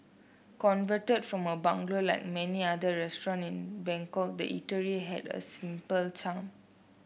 converted from a bungalow like many other restaurant in Bangkok the eatery had a simple charm